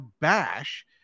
bash